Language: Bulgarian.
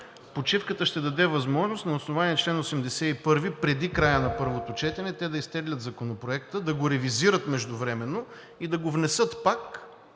Почивката ще даде възможност на основание чл. 81 преди края на първото четене те да изтеглят Законопроекта, да го ревизират междувременно и да го внесат пак